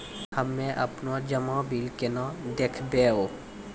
हम्मे आपनौ जमा बिल केना देखबैओ?